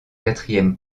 quatrième